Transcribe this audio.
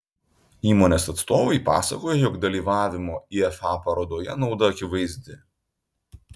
įmonės atstovai pasakoja jog dalyvavimo ifa parodoje nauda akivaizdi